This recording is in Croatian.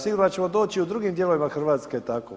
Sigurno da ćemo doći i u drugim dijelovima Hrvatske tako.